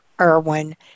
Irwin